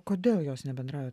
kodėl jos nebendrauja